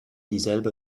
dieselbe